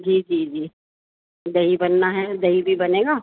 جی جی جی دہی بننا ہے دہی بھی بنے گا